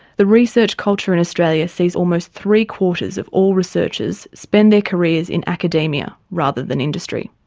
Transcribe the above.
the research culture in australia sees almost three-quarters of all researchers spend their careers in academia rather than industry.